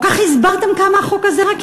כל כך הסברתם כמה החוק הזה רע,